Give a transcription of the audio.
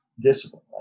discipline